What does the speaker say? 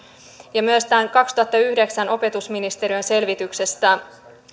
ja myös tästä vuoden kaksituhattayhdeksän opetusministeriön selvityksestä